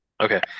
Okay